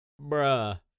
Bruh